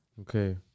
Okay